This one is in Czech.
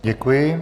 Děkuji.